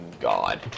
God